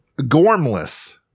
Gormless